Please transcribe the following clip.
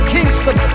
Kingston